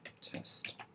Test